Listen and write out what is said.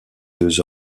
deux